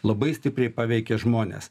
labai stipriai paveikia žmones